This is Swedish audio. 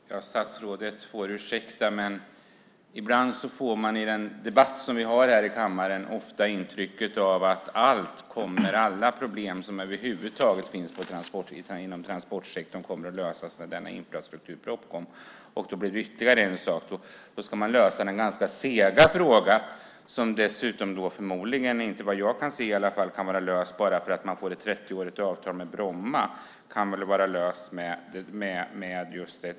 Fru talman! Statsrådet får ursäkta, men ibland får man i den debatt som vi har här i kammaren intrycket att alla problem som över huvud taget finns inom transportsektorn kommer att lösas när infrastrukturpropositionen kommer. Det blir ytterligare en sak. Man ska lösa den ganska sega fråga som förmodligen inte, vad jag kan se i alla fall, kan vara löst bara för att man får ett 30-årigt avtal med Bromma. Det skulle också lösas där.